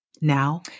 now